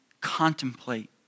contemplate